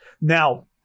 Now